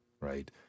right